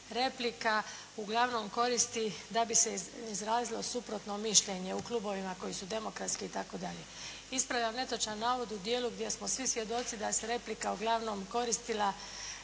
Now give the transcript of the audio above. replika uglavnom koristi da bi se izrazilo suprotno mišljenje u klubovima koji su demokratski itd. Ispravljam netočan navod u dijelu gdje smo svi svjedoci da se replika uglavnom koristila